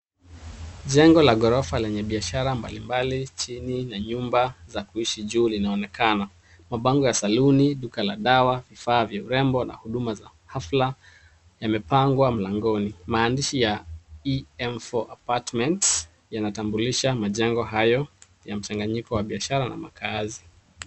Jengo la ghorofa lenye biashara mbalimbali chini na nyumba za kuishi juu linaonekana mapango ya saluni, duka la dawa vifaa vya urembo na huduma za hafla yamepangwa mlangoni. Maandishi ya em 4apartment yanatambulisha majengo hayo ya mchanganyiko ya biashara na makazi.